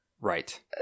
Right